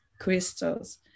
crystals